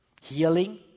healing